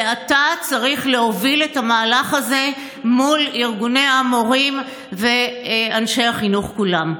ואתה צריך להוביל את המהלך הזה מול ארגוני המורים ואנשי החינוך כולם.